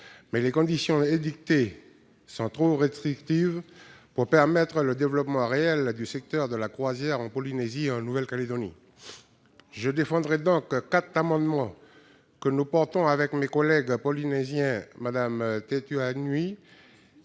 mais les conditions édictées sont trop restrictives pour permettre le développement réel du secteur de la croisière en Polynésie et en Nouvelle-Calédonie. Je défendrai donc quatre amendements, que nous portons avec mes collègues polynésiens, Mme Lana